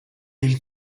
hil